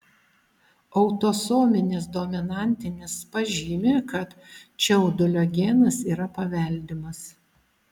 autosominis dominantinis pažymi kad čiaudulio genas yra paveldimas